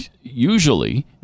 Usually